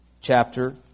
chapter